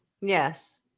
Yes